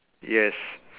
yes